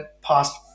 past